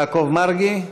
יעקב מרגי?